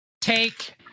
Take